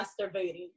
masturbating